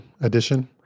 edition